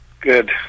Good